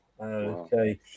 okay